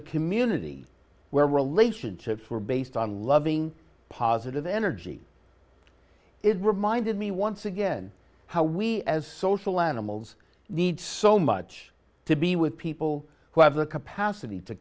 the community where relationships were based on loving positive energy it reminded me once again how we as social animals need so much to be with people who have the capacity to